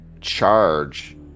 charge